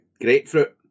grapefruit